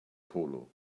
polo